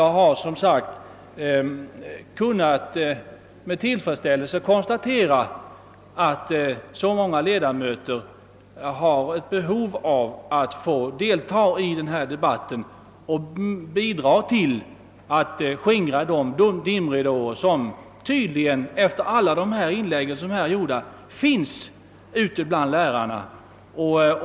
Jag har som sagt med tillfredsställelse kunnat konstatera att så många ledamöter har ett behov av att få delta i denna debatt och att bidra till att skingra de dimridåer som tydligen, enligt vad som framkommit i alla de gjorda inläggen, finns.